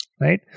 Right